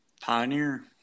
pioneer